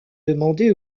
demandé